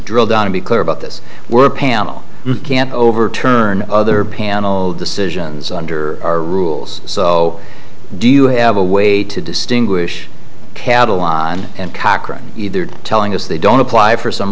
drill down to be clear about this were panel can't overturn other panel decisions under our rules so do you have a way to distinguish cattle on cochran either telling us they don't apply for some